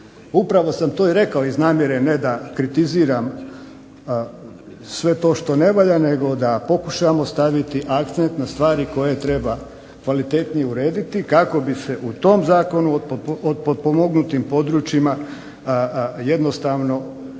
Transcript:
Upravo sam to rekao iz namjere ne da kritiziram sve to što ne valja nego da pokušamo staviti akcent na stvari koje treba kvalitetnije urediti kako bi se u tom Zakonu o potpomognutim područjima jednostavno to